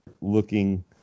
looking